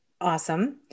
awesome